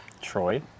Troy